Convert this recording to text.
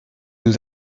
nous